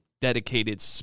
dedicated